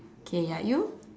okay ya you